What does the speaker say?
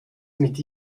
mit